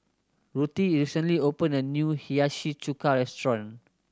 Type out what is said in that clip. Ruthie recently opened a new Hiyashi Chuka restaurant